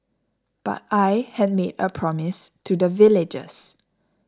but I had made a promise to the villagers